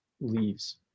leaves